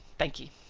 thankee.